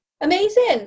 Amazing